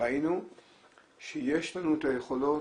ראינו שיש לנו את היכולות,